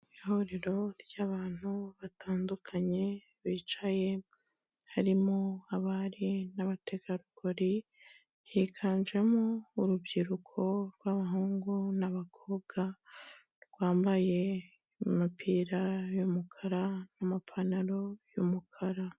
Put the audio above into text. Ihuriro ry'abantu batandukanye bicaye, harimo abari n'abategarugori, higanjemo urubyiruko rw'abahungu n'abakobwa, rwambaye imipira y'umukara n'amapantaro y'umukara.